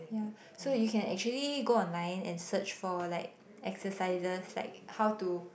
yeah so you can actually go online and search for like exercises like how to